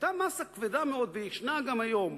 היתה מאסה כבדה מאוד, וישנה גם היום,